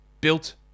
built